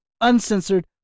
uncensored